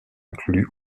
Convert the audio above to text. inclut